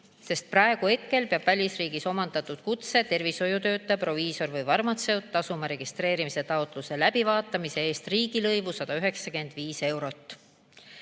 sest praegu peab kutse välisriigis omandanud tervishoiutöötaja, proviisor või farmatseut tasuma registreerimise taotluse läbivaatamise eest riigilõivu 195 eurot.